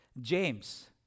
James